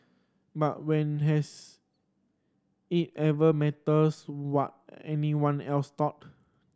but when has it ever matters what anyone else thought